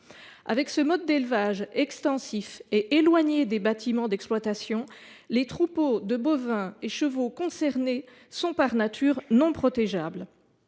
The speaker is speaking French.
de ce mode d’élevage extensif et éloigné des bâtiments d’exploitation, les troupeaux de bovins et de chevaux concernés sont, par nature, non protégeables.